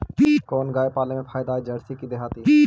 कोन गाय पाले मे फायदा है जरसी कि देहाती?